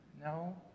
No